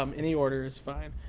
um any order is fine.